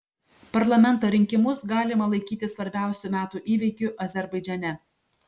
parlamento rinkimus galima laikyti svarbiausiu metų įvykiu azerbaidžane